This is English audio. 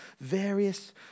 various